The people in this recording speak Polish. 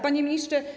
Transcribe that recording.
Panie Ministrze!